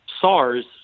SARS